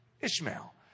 Ishmael